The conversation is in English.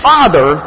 Father